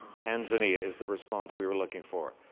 tanzania is the response we were looking for.